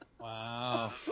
Wow